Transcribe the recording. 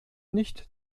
nicht